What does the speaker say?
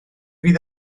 fydd